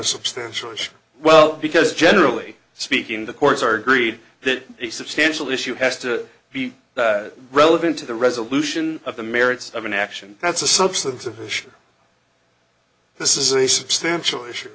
a substantial issue well because generally speaking the courts are agreed that a substantial issue has to be relevant to the resolution of the merits of an action that's a substance of pusher this is a substantial issue